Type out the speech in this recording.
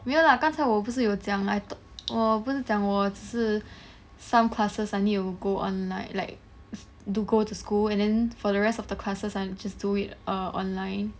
没有啦刚才我不是有讲 I thought 我不是讲我是 some classes I need to go online like to go to school and then for the rest of the classes I'm just do it err online